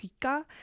kika